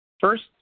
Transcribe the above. first